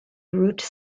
route